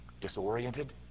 disoriented